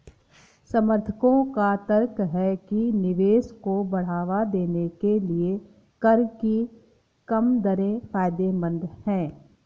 समर्थकों का तर्क है कि निवेश को बढ़ावा देने के लिए कर की कम दरें फायदेमंद हैं